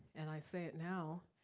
and i say it now,